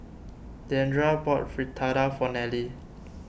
Deandra bought Fritada for Nelie